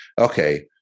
okay